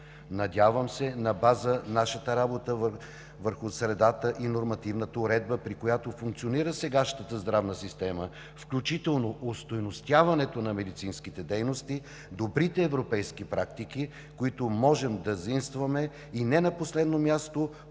Надявам се на база на нашата работа върху средата и нормативната уредба, при която функционира сегашната здравна система, включително остойностяването на медицинските дейности, добрите европейски практики, които можем да заимстваме, и не на последно място